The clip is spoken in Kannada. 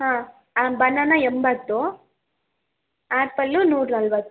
ಹಾಂ ಬನಾನಾ ಎಂಬತ್ತು ಆ್ಯಪಲ್ಲು ನೂರ ನಲ್ವತ್ತು